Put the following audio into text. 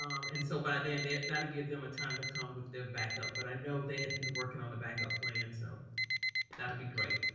um and so by then that'll give them a time to come with their backup. but i know they hadn't been working on a backup plan, so that'd be great.